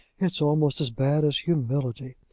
it's almost as bad as humility.